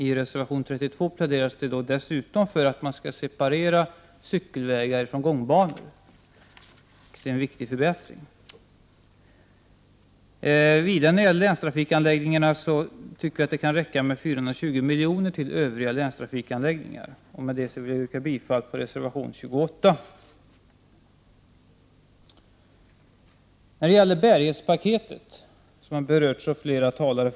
I reservation 32 pläderas dessutom för att cykelvägarna skall separeras från gångbanorna, vilket är en viktig förbättring. Vidare när det gäller länstrafikanläggningar anser vi att det är tillräckligt med 420 milj.kr. till övriga länstrafikanläggningar. Därmed yrkar jag bifall till reservation 28. Bärighetspaketet har tidigare berörts av flera talare.